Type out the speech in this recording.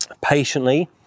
patiently